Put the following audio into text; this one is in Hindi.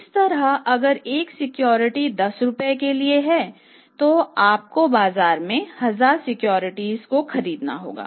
इसी तरह अगर एक सिक्योरिटी 10 रुपये के लिए है तो आपको बाजार से 1000 सिक्योरिटीज को खरीदना होगा